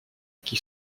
qui